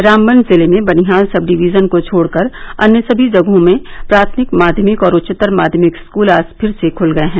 रामबन जिले भें Banihal sub division को छोडकर अन्य समी जगहों में प्राथमिक माध्यमिक और उच्चतर माध्यमिक स्कूल आज से फिर खूल गये हैं